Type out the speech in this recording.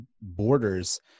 borders